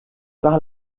par